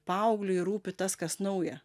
paaugliui rūpi tas kas nauja